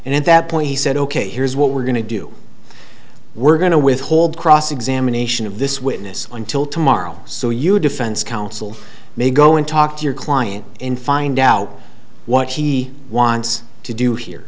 and at that point he said ok here's what we're going to do we're going to withhold cross examination of this witness until tomorrow so you defense counsel may go and talk to your client in find out what he wants to do here